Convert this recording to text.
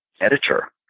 editor